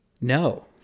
No